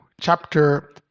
chapter